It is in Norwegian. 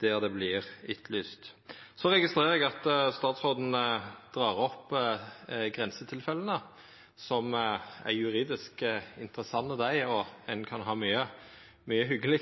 der det vert etterlyst. Eg registrerer at statsråden dreg opp grensetilfella. Dei er juridisk interessante, og ein kan ha mykje hygge